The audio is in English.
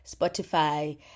Spotify